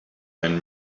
and